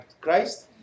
Christ